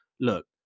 look